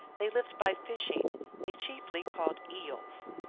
they lived by fishing they chiefly caught eels.